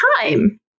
time